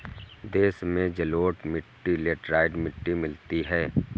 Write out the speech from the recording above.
देश में जलोढ़ मिट्टी लेटराइट मिट्टी मिलती है